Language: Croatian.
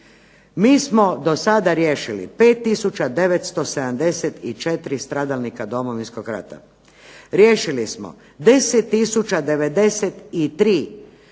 Mi smo do sada riješili 5974 stradalnika Domovinskog rata. Riješili smo 10093 obitelji